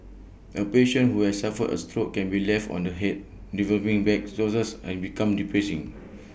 A patient who has suffered A stroke can be left on the Head developing bed sources and become depressing